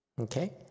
Okay